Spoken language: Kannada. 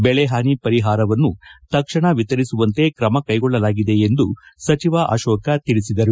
ಬೆಳೆ ಹಾನಿ ಪರಿಹಾರವನ್ನು ತಕ್ಷಣ ವಿತರಿಸುವಂತೆ ಕ್ರಮ ಕೈಗೊಳ್ಳಲಾಗಿದೆ ಎಂದು ಸಚಿವ ಅಕೋಕ ತಿಳಿಸಿದರು